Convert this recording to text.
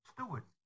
Stewart